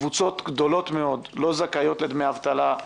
קבוצות גדולות מאוד לא זכאיות לדמי אבטלה,